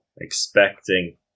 expecting